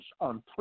on